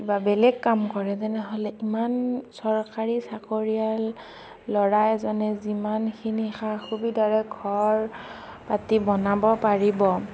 বা বেলেগ কাম কৰে তেনেহ'লে ইমান চৰকাৰী চাকৰিয়াল ল'ৰা এজনে যিমানখিনি স সুবিধাৰে ঘৰ পাতি বনাব পাৰিব